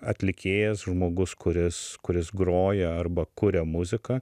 atlikėjas žmogus kuris kuris groja arba kuria muziką